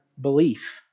belief